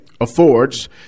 affords